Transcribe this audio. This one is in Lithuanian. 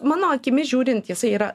mano akimis žiūrint jisai yra